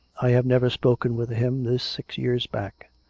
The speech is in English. i have never spoken with him this six years back.